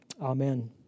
Amen